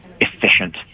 efficient